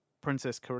Princess